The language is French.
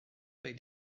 avec